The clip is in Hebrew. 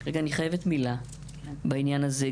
רגע, אני חייבת להגיד מילה בעניין הזה.